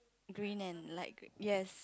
green and light yes